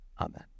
Amen